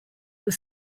were